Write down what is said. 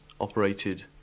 operated